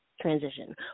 transition